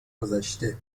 گذشته